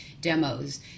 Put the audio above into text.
demos